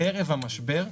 ערב המשבר.